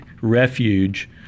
refuge